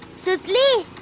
sutli,